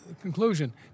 conclusion